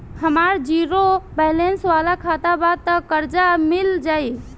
हमार zero balance वाला खाता बा त कर्जा मिल जायी?